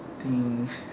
think